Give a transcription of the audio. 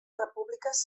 repúbliques